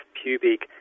pubic